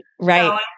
Right